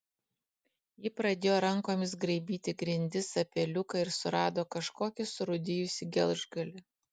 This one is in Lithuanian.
ji pradėjo rankomis graibyti grindis apie liuką ir surado kažkokį surūdijusį gelžgalį